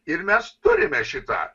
ir mes turime šitą